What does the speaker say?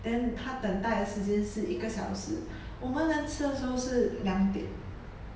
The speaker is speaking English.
then 他等待的时间是一个小时我们能吃的时候是两点